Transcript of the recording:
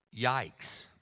Yikes